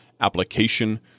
application